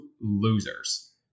losers